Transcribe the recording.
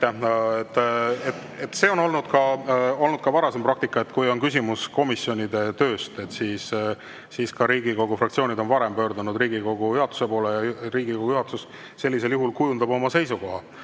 See on olnud ka varasem praktika, et kui on küsimus komisjonide tööst, siis on Riigikogu fraktsioonid pöördunud Riigikogu juhatuse poole. Riigikogu juhatus sellisel juhul kujundab oma seisukoha